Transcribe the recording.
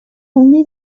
only